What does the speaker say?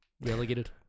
Relegated